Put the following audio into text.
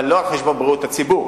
אבל לא על חשבון בריאות הציבור.